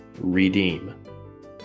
redeem